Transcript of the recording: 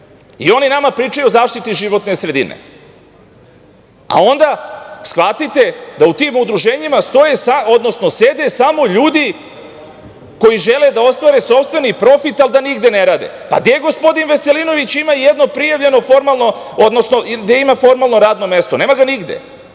i oni nama pričaju o zaštiti životne sredine, a onda shvatite da u tim udruženjima stoje, odnosno sede samo ljudi koji žele da ostvare sopstveni profit, ali da nigde ne rade. Pa, gde gospodin Veselinović ima jedno prijavljeno formalno, odnosno gde ima formalno radno mesto? Nema ga nigde.